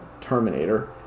Terminator